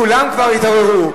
כולם כבר התעוררו.